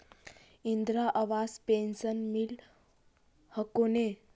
Indira Awas pension मिल हको ने?